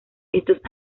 estos